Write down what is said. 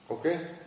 Okay